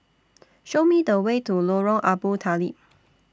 Show Me The Way to Lorong Abu Talib